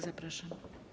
Zapraszam.